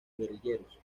guerrilleros